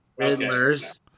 Riddlers